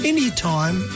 Anytime